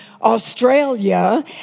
Australia